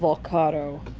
vokodo,